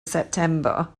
september